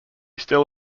still